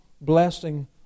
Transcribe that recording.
blessing